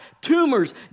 tumors